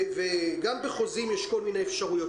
וגם בחוזים יש כל מיני אפשרויות,